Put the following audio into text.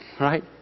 right